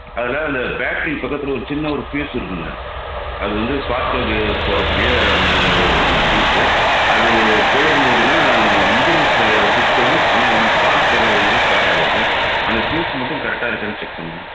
அதில் அந்த பேட்ரி பக்கத்தில் ஒரு சின்ன ஒரு ஃப்யூஸ் இருக்குதுங்க அது வந்து ஸ்பார்க் கியருக்கு போடக்கூடிய அது ஃப்ரீசர் அது போயிருந்ததுன்னால் இன்ஜின்ஸ்ஸ சுற்றும் ஆனால் வந்து ஸ்பார்க் போகாதனால ஸ்டார்ட் ஆகாது அந்த ஃப்யூஸ் மட்டும் கரெக்டாக இருக்கான்னு செக் பண்ணுங்கள்